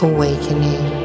Awakening